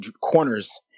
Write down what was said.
corners